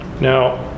Now